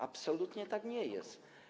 Absolutnie tak nie jest.